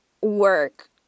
work